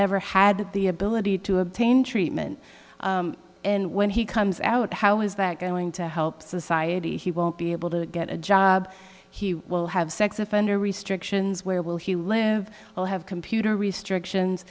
never had the ability to obtain treatment and when he comes out how is that going to help society he won't be able to get a job he will have sex offender restrictions where will he live will have computer restrictions